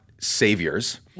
saviors